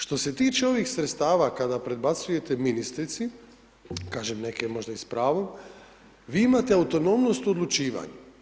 Što se tiče ovih sredstava kada prebacujete ministrici, kažem neke možda i s pravom, vi imate autonomnost odlučivanju.